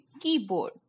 keyboard